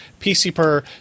PCPer